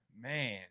man